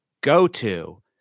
go-to